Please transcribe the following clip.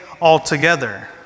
altogether